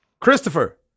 Christopher